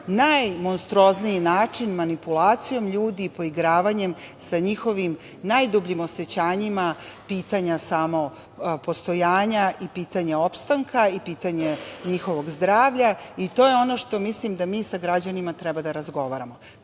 najmonstruozniji način, manipulacijom ljudi, poigravanjem sa njihovim najdubljim osećanjima, pitanja samo postojanja, pitanje opstanka i pitanje njihovog zdravlja, i to je ono što mislim da mi sa građanima treba da razgovaramo.